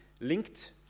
linked